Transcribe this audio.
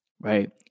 Right